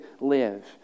live